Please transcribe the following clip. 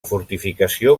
fortificació